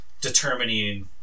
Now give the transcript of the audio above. determining